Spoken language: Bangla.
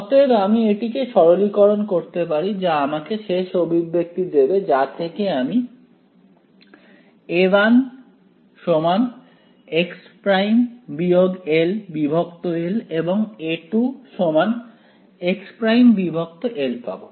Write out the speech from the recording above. অতএব আমি এটিকে সরলীকরন করতে পারি যা আমাকে শেষ অভিব্যক্তি দেবে যা থেকে আমি A1 x′ ll এবং A2 x′l পাব